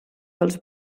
dels